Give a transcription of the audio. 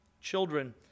Children